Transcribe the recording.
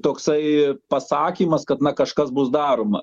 toksai pasakymas kad na kažkas bus daroma